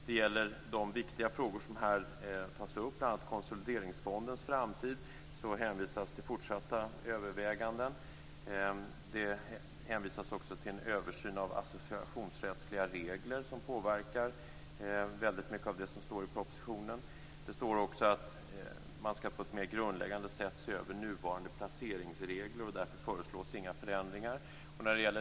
Det gäller de viktiga frågor som här tas upp. Bl.a. när det gäller konsolideringsfondens framtid hänvisas det till fortsatta överväganden. Det hänvisas också till en översyn av associationsrättsliga regler, som påverkar väldigt mycket av det som står i propositionen. Det står också att man på ett mer grundläggande sätt skall se över nuvarande placeringsregler, och därför föreslås inga förändringar.